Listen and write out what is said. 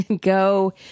go